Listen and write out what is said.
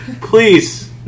Please